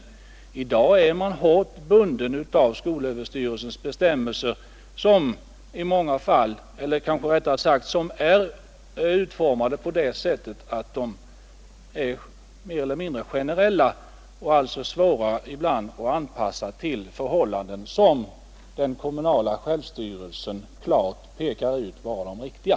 I dag är man hårt bunden av skolöverstyrelsens bestämmelser, som är utformade på det sättet att de är mer eller mindre generella och ibland svåra att anpassa till förhållanden som den kommunala självstyrelsen klart pekar ut som de riktiga.